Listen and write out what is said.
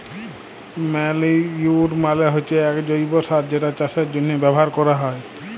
ম্যালইউর মালে হচ্যে এক জৈব্য সার যেটা চাষের জন্হে ব্যবহার ক্যরা হ্যয়